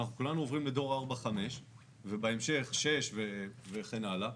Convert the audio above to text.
אנחנו כולנו עוברים לדור 4-5. ובהמשך 6 וכן הלאה.